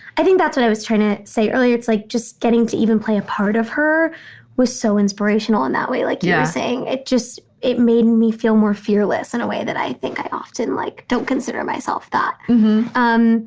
i think that's what i was trying to say earlier. it's like just getting to even play a part of her was so inspirational in that way. like you're saying, it just it made me feel more fearless in a way that i think i often like don't consider myself that um